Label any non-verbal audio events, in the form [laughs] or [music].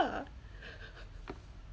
[laughs]